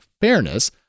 fairness